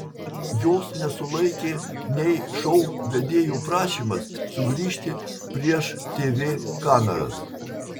jos nesulaikė nei šou vedėjų prašymas sugrįžti prieš tv kameras